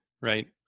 Right